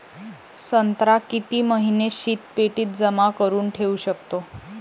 संत्रा किती महिने शीतपेटीत जमा करुन ठेऊ शकतो?